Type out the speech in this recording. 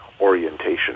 orientation